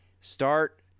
Start